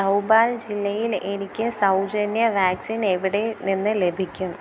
തൗബാൽ ജില്ലയിൽ എനിക്ക് സൗജന്യ വാക്സിൻ എവിടെ നിന്ന് ലഭിക്കും